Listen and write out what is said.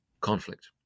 conflict